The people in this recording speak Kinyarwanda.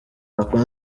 uncle